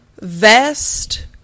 vest